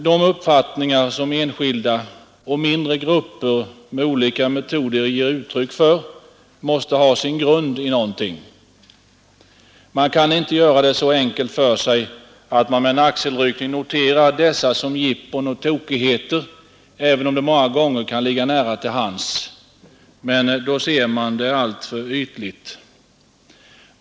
De uppfattningar som enskilda och mindre grupper med olika metoder ger uttryck för måste ha sin grund i någonting. Man kan inte göra det så enkelt för sig att man med en axelryckning noterar dessa som jippon och tokigheter, även om det många gånger kan ligga nära till hands. Men då ser man det alltför ytligt.